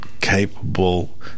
capable